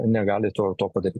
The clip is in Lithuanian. negali to to padaryt